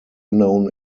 known